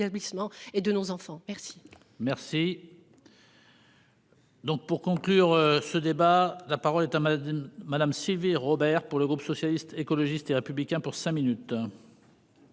et de nos enfants. Merci. Merci. Donc pour conclure ce débat. La parole est à madame madame Sylvie Robert pour le groupe socialiste, écologiste et républicain pour cinq minutes.